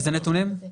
איזה נתונים?